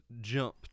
jump